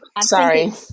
sorry